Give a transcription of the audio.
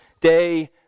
day